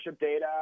data